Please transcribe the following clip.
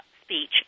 speech